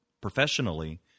professionally